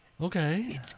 Okay